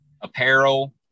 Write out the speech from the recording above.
apparel